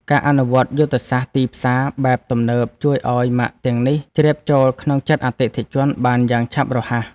ការអនុវត្តយុទ្ធសាស្ត្រទីផ្សារបែបទំនើបជួយឱ្យម៉ាកទាំងនេះជ្រាបចូលក្នុងចិត្តអតិថិជនបានយ៉ាងឆាប់រហ័ស។